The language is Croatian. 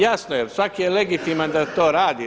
Jasno je, svaki je legitiman da to radi.